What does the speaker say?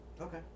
Okay